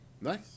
Nice